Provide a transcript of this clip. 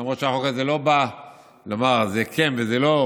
למרות שהחוק הזה לא בא לומר: זה כן וזה לא.